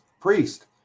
priest